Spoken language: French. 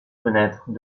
fenêtres